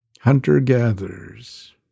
Hunter-gatherers